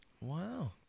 Wow